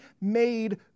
made